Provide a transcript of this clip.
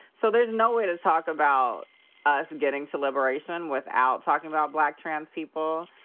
so there's no way to talk about us getting to liberation without talking about black trans people.